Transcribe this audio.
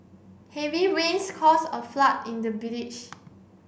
heavy rains cause a flood in the village